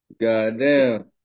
Goddamn